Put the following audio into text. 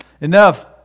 enough